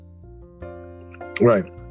Right